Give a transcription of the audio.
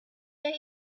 that